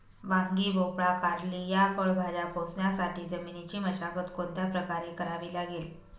वांगी, भोपळा, कारली या फळभाज्या पोसण्यासाठी जमिनीची मशागत कोणत्या प्रकारे करावी लागेल?